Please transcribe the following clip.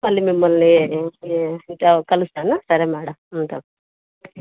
మళ్ళీ మిమ్మల్ని కలుస్తాను సరే మ్యాడమ్ ఉంటాను